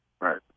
Right